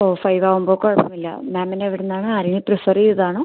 ഓ five ആവുമ്പോൾ കുഴപ്പമില്ല മാമിന് എവിടുന്നാണ് ആരെങ്കിലും പ്രിഫെർ ചെയ്തതാണോ